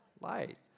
light